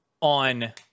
on